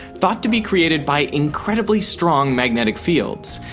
thought to be created by incredibly strong magnetic fields.